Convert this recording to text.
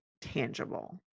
tangible